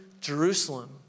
Jerusalem